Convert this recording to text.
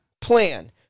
plan